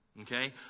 Okay